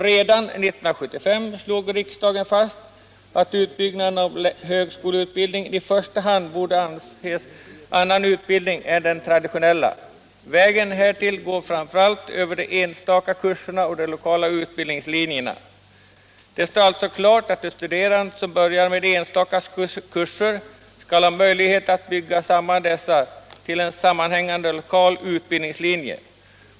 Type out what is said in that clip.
Redan år 1975 slog riksdagen fast att utbyggnaden av högskoleutbildningen i första hand borde avse annan utbildning än den traditionella. Vägen går då framför allt över de enstaka kurserna och de lokala utbildningslinjerna. Det står också klart att de studerande som börjar med enstaka kurser skall ha möjlighet att bygga samman dessa till en sammanhängande lokal utbildningslinje.